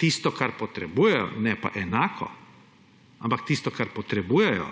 tisto, kar potrebujejo, ne pa enako, ampak tisto, kar potrebujejo,